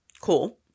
cool